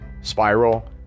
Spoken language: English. spiral